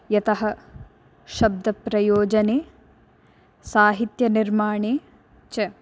यतः शब्दप्रयोजने साहित्यनिर्माणे च